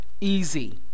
easy